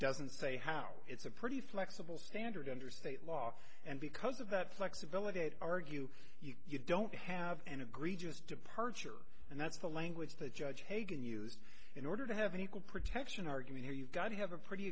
doesn't say how it's a pretty flexible standard under state law and because of that flexibility they argue you don't have an egregious departure and that's the language that judge hagan used in order to have an equal protection argument here you've got to have a pretty